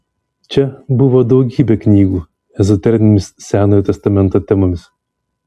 čia buvo daugybė knygų ezoterinėmis senojo testamento temomis